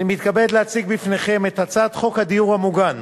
אני מתכבד להציג בפניכם את הצעת חוק הדיור המוגן,